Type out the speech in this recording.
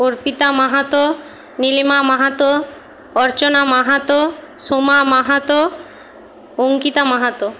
Arpita Mahato Nilima Mahato Archana Mahato Soma Mahato Ankita Mahato